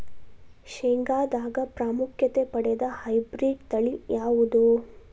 ಶೇಂಗಾದಾಗ ಪ್ರಾಮುಖ್ಯತೆ ಪಡೆದ ಹೈಬ್ರಿಡ್ ತಳಿ ಯಾವುದು?